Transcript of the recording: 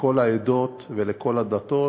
לכל העדות ולכל הדתות,